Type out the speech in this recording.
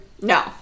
No